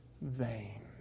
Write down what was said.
vain